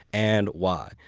and why.